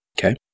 Okay